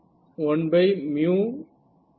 1 A